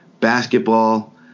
Basketball